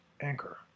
Anchor